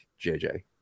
JJ